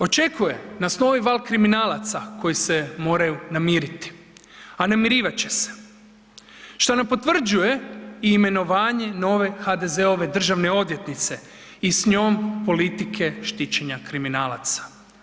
Očekuje nas novi val kriminalaca koji se moraju namiriti, a namirivat će se, što nam potvrđuje i imenovanje nove HDZ-ove državne odvjetnice i s njom politike štićenja kriminalaca.